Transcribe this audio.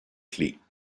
clefs